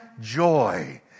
joy